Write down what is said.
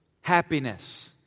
happiness